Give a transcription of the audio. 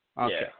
Okay